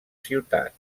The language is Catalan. ciutat